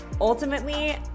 ultimately